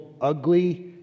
ugly